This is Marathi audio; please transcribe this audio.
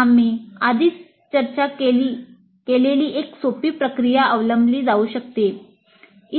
आम्ही आधी चर्चा केलेली एक सोपी प्रक्रिया अवलंबली जाऊ शकते